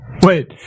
Wait